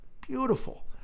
beautiful